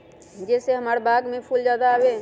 जे से हमार बाग में फुल ज्यादा आवे?